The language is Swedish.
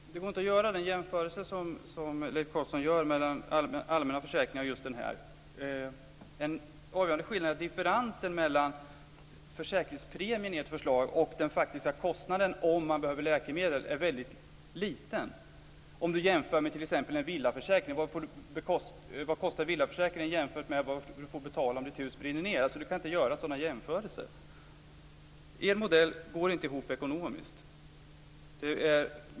Fru talman! Det går inte att göra den jämförelse som Leif Carlson gör mellan allmänna försäkringar och just den här. En avgörande faktor är att differensen mellan försäkringspremien i ert förslag och den faktiska kostnaden om man behöver läkemedel är väldigt liten om du t.ex. jämför med en villaförsäkring. Vad kostar villaförsäkringen jämfört med vad du får betala om ditt hus brinner ned? Du kan inte göra sådana jämförelser. Er modell går inte ihop ekonomiskt.